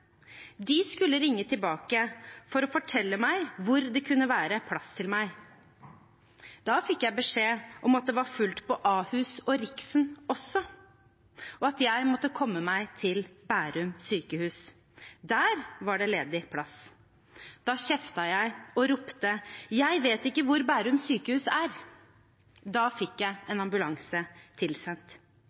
De skulle ringe tilbake for å fortelle meg hvor det kunne være plass til meg. Da fikk jeg beskjed om at det var fullt på Ahus og «Riksen» også, og at jeg måtte komme meg til Bærum sykehus. Der var det ledig plass. Da kjeftet jeg og ropte: Jeg vet ikke hvor Bærum sykehus er! Da fikk jeg en ambulanse tilsendt.